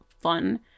fun